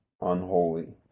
unholy